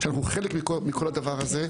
שאנחנו חלק מכל הדבר הזה,